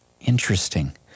Interesting